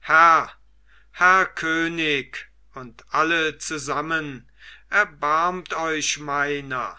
herr könig und alle zusammen erbarmet euch meiner